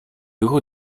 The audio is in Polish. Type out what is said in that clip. ruchu